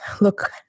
look